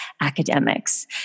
academics